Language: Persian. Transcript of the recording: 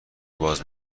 باز